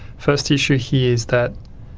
first issue here is that